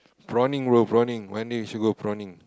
prawning bro prawning one day we should go prawning